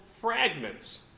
fragments